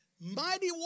Mighty